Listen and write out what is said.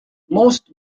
most